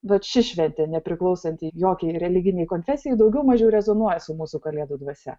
bet ši šventė nepriklausanti jokiai religinei konfesijai daugiau mažiau rezonuoja su mūsų kalėdų dvasia